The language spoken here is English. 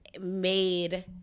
made